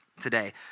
today